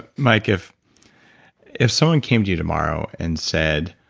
mike, if if someone came to you tomorrow and said,